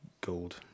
gold